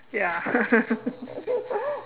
ya